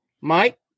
mike